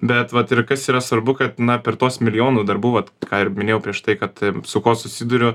bet vat ir kas yra svarbu kad na per tuos milijonų darbų vat ką ir minėjau prieš tai kad su kuo susiduriu